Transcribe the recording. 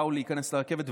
באו להיכנס לרכבת,